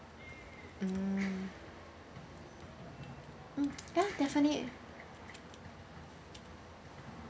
mm mm ya definitely